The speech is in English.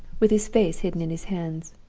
with his face hidden in his hands.